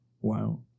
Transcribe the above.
Wow